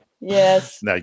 Yes